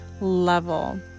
level